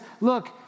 look